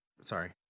Sorry